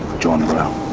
john brown.